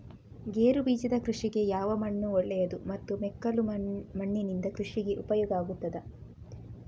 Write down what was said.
ಗೇರುಬೀಜದ ಕೃಷಿಗೆ ಯಾವ ಮಣ್ಣು ಒಳ್ಳೆಯದು ಮತ್ತು ಮೆಕ್ಕಲು ಮಣ್ಣಿನಿಂದ ಕೃಷಿಗೆ ಉಪಯೋಗ ಆಗುತ್ತದಾ?